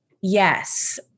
Yes